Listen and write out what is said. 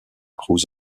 cruz